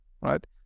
right